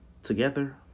together